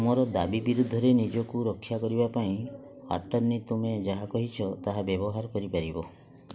ତୁମର ଦାବି ବିରୁଦ୍ଧରେ ନିଜକୁ ରକ୍ଷା କରିବା ପାଇଁ ଆଟର୍ଣ୍ଣି ତୁମେ ଯାହା କହିଛ ତାହା ବ୍ୟବହାର କରିପାରିବ